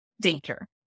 danger